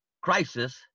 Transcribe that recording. crisis